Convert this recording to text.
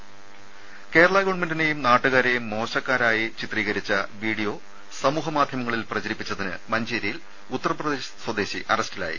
രാള കേരള ഗവൺമെന്റിനെയും നാട്ടുകാരെയും മോശക്കാരാക്കി ചിത്രീകരിച്ച വീഡിയോ സമൂഹ മാധ്യമങ്ങളിലൂടെ പ്രചരിപ്പിച്ചതിന് മഞ്ചേരിയിൽ ഉത്തർപ്രദേശ് സ്വദേശി അറസ്റ്റിലായി